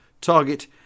Target